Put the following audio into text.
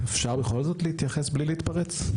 אפשר בכל זאת להתייחס, בלי להתפרץ?